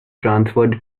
transferred